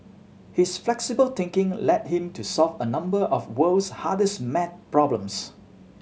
his flexible thinking led him to solve a number of world's hardest math problems